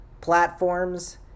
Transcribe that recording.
platforms